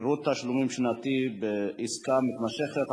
(פירוט תשלומים שנתי בעסקה מתמשכת),